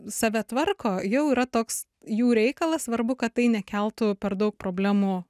save tvarko jau yra toks jų reikalas svarbu kad tai nekeltų per daug problemų